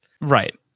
Right